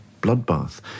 bloodbath